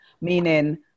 meaning